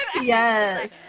yes